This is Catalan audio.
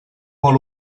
molt